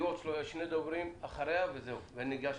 בבקשה,